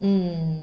mm